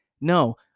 No